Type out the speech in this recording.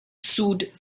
sewed